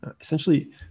Essentially